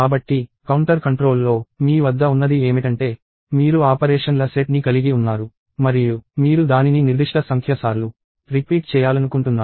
కాబట్టి కౌంటర్ కంట్రోల్లో మీ వద్ద ఉన్నది ఏమిటంటే మీరు ఆపరేషన్ల సెట్ ని కలిగి ఉన్నారు మరియు మీరు దానిని నిర్దిష్ట సంఖ్య సార్లు రిపీట్ చేయాలనుకుంటున్నారు